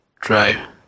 drive